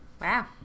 Wow